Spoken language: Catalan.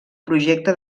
projecte